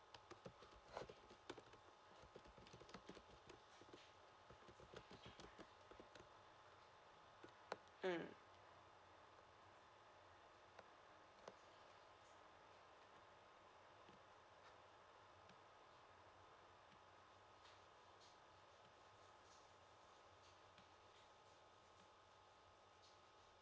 mm